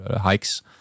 hikes